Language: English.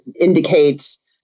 indicates